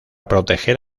proteger